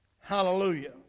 Hallelujah